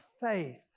faith